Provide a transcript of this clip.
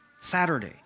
Saturday